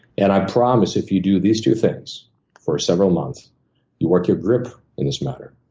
and i promise, if you do these two things for several months you work your grip in this manner.